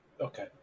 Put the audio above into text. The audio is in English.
Okay